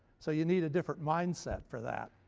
so you need a different mindset for that,